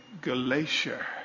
Galatia